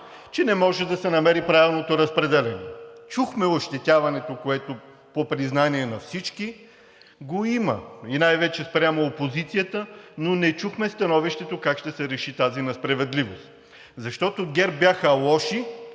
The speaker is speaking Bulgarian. че не може да се намери правилното разпределяне. Чухме ощетяването, което по признание на всички го има и най-вече спрямо опозицията, но не чухме становището как ще се реши тази несправедливост, защото ГЕРБ бяха лоши,